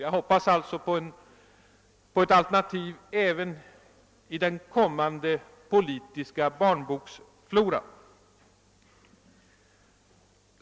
Jag hoppas alltså på ett alternativ även i den kommande politiska barnboksfloran.